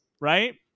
right